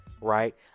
right